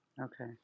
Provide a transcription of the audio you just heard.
Okay